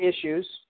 issues